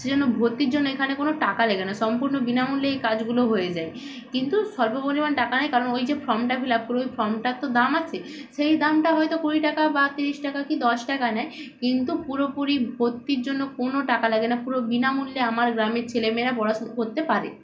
সে জন্য ভত্তির জন্য এখানে কোনো টাকা লাগে না সম্পূর্ণ বিনামূল্যে এই কাজগুলো হয়ে যায় কিন্তু স্বল্প পরিমাণ টাকা নেয় কারণ ওই যে ফর্মটা ফিল আপ করে ওই ফর্মটার তো দাম আছে সেই দামটা হয়তো কুড়ি টাকা বা তিরিশ টাকা কি দশ টাকা নেয় কিন্তু পুরোপুরি ভর্তির জন্য কোনো টাকা লাগে না পুরো বিনামূল্যে আমার গ্রামের ছেলে মেয়েরা পড়াশুনা করতে পারে